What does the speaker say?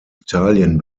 italien